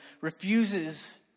refuses